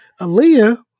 Aaliyah